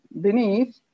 beneath